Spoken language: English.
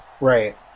Right